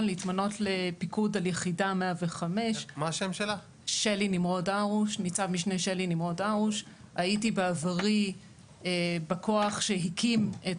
להתמנות לפיקוד על יחידה 105. הייתי בעברי בכוח שהקים את